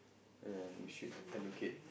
and we should allocate